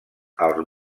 als